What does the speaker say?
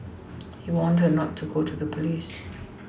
he warned her not to go to the police